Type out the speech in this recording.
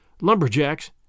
lumberjacks